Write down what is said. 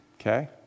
Okay